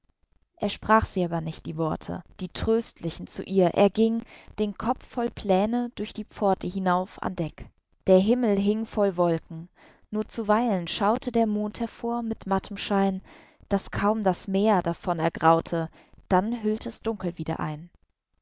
er sprach sie aber nicht die worte die tröstlichen zu ihr er ging den kopf voll pläne durch die pforte hinauf an deck der himmel hing voll wolken nur zuweilen schaute der mond hervor mit mattem schein daß kaum das meer davon ergraute dann hüllt es dunkel wieder ein